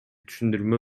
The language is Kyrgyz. түшүндүрмө